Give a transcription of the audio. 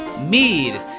Mead